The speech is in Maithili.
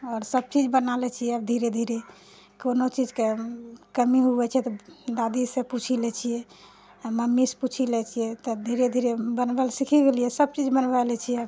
आओर सब चीज बना लै छिए आब धीरे धीरे कोनो चीजके कमी होइ छै तऽ दादीसँ पूछि लै छिए मम्मीसँ पूछि लै छिए तब धीरे धीरे बनबैलए सीखि गेलिए सब चीज बना लै छिए